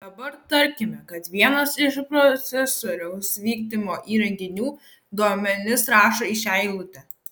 dabar tarkime kad vienas iš procesoriaus vykdymo įrenginių duomenis rašo į šią eilutę